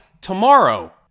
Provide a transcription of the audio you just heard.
tomorrow